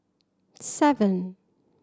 seven